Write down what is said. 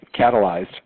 catalyzed